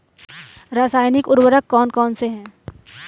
रासायनिक उर्वरक कौन कौनसे हैं?